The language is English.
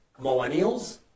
millennials